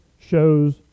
shows